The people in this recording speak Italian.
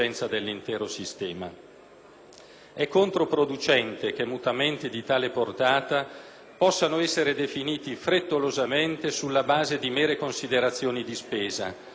È controproducente che mutamenti di tale portata possano essere definiti frettolosamente, sulla base di mere considerazioni di spesa, tramite un decreto-legge